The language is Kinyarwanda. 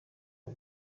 bwo